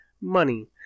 money